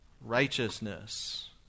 righteousness